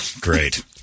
Great